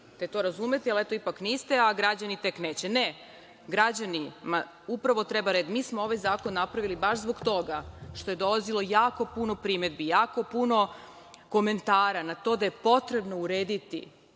kao to razumeti, ali eto ipak niste, a građani tek neće, ne, građanima upravo treba red. Mi smo ovaj zakon napravili baš zbog toga što je dolazilo jako puno primedbi, jako puno komentara na to da je potrebno urediti